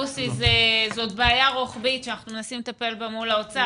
זו בעיה רחבית שאנחנו מנסים לטפל בה מול האוצר.